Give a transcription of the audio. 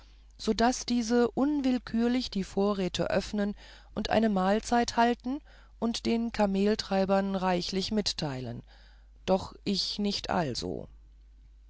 daß diese unwillkürlich die vorräte öffnen und eine mahlzeit halten und den kameltreibern reichlich mitteilen doch ich nicht also